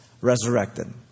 resurrected